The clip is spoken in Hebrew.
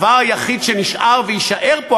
הדבר היחיד שנשאר ויישאר פה,